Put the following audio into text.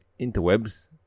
interwebs